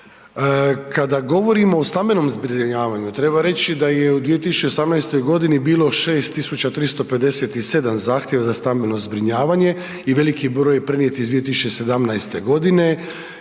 Kada govorimo o stambenom zbrinjavanju, treba reći da je u 2018. g. bilo 6 357 zahtjeva za stambeno zbrinjavanje i veliki broj je prenijet iz 2017. g.,